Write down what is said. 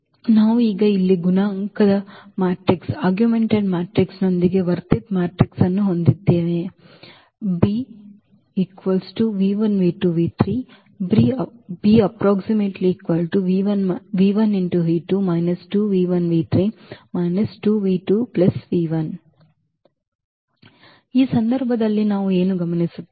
ಆದ್ದರಿಂದ ನಾವು ಈಗ ಇಲ್ಲಿ ಗುಣಾಂಕದ ಮ್ಯಾಟ್ರಿಕ್ಸ್ನೊಂದಿಗೆ ವರ್ಧಿತ ಮ್ಯಾಟ್ರಿಕ್ಸ್ ಅನ್ನು ಹೊಂದಿದ್ದೇವೆ ಈ ಸಂದರ್ಭದಲ್ಲಿ ನಾವು ಏನು ಗಮನಿಸುತ್ತೇವೆ